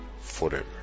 forever